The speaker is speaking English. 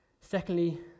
Secondly